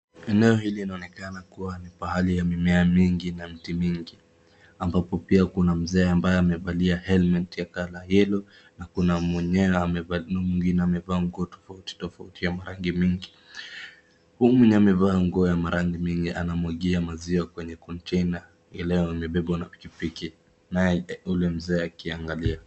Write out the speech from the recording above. Eneo hili linaonekana kuwa ni pahali ya mimea mingi na miti mingi ambapo kuna mzee ambaye amevalia helmet ya colour yellow na huyo mwingine amevaa nguo tofauti tofauti ya marangi nyingi , huyu aliyevaa nguo ya marangi mingi anamwagia maziwa kwenye container ambayo imebebwa na pikipiki naye ule mzee akiangalia.